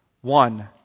One